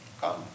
come